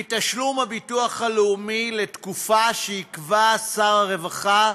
מתשלום הביטוח הלאומי לתקופה שיקבע שר הרווחה,